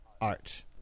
art